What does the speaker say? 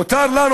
מותר לנו,